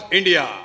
India